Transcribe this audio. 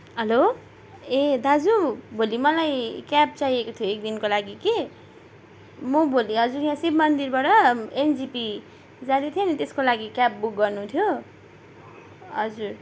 hello ए दाजु भोलि मलाई क्याब चाहिएको थियो एकदिनको लागि कि म भोलि हजुर यहाँ शिव मन्दिरबाट एनजेपी जाँदैथेँ नि त्यसको लागि क्याब बुक गर्नु थियो हजुर